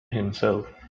himself